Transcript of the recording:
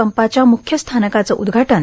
पंपाच्या मुख्य स्थानकाचं उद्घाटन